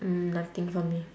nothing for me